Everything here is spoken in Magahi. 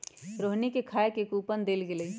रोहिणी के खाए के कूपन देल गेलई